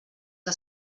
que